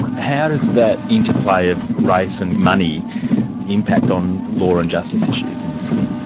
how does that interplay of race and money impact on law and justice issues in the city?